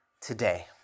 today